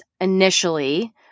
initially